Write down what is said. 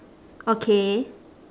okay